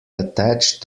attached